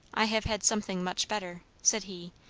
i have had something much better, said he,